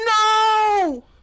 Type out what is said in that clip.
No